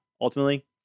ultimately